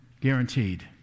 guaranteed